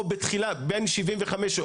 או בין 75,